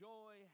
Joy